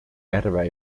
järve